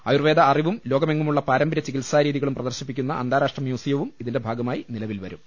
ആയൂർവേദ അറിവും ലോകമെങ്ങുമുള്ള പാരമ്പരൃ ചികിത്സാ രീതികളും പ്രദർശിപ്പി ക്കുന്ന അന്താരാഷ്ട്ര മ്യൂസിയവും ഇതിന്റെ ഭാഗമായി നിലവിൽ വരും